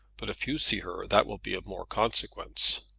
but if you see her that will be of more consequence.